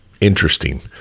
interesting